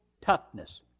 toughness